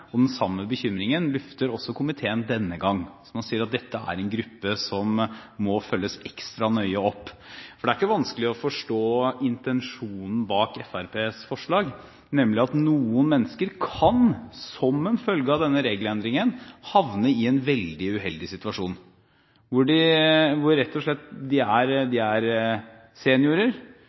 og den samme bekymringen, lufter også komiteen denne gang. Man sier at dette er en gruppe som må følges ekstra nøye opp. Det er ikke vanskelig å forstå intensjonen bak Fremskrittspartiets forslag, nemlig at noen mennesker kan, som en følge av denne regelendringen, havne i en veldig uheldig situasjon.